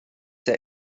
the